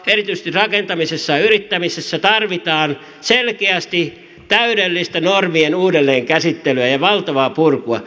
erityisesti rakentamisessa ja yrittämisessä tarvitaan selkeästi täydellistä normien uudelleen käsittelyä ja valtavaa purkua